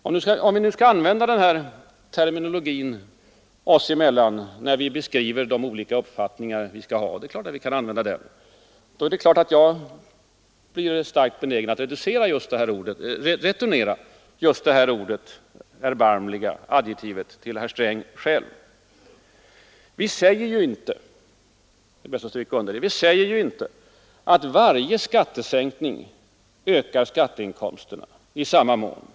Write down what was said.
Om vi nu skall begagna den här terminologin oss emellan — och det är klart att vi kan göra det — när vi beskriver de olika uppfattningar vi har blir jag givetvis starkt benägen att returnera adjektivet erbarmlig till herr Sträng. Vi säger ju inte — det är bäst att stryka under det — att varje skattesänkning ökar skatteinkomsterna i samma mån.